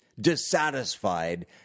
dissatisfied